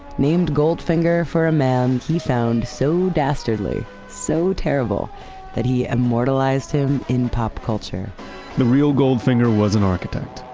named goldfinger for a man he found so dastardly, so terrible that he immortalized him in pop culture the real goldfinger was an architect,